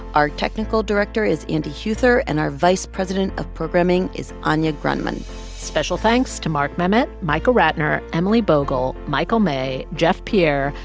our technical director is andy huether. and our vice president of programming is anya grundmann special thanks to mark memmott, michael ratner, emily bogle, michael may, jeff pierre,